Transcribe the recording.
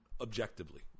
objectively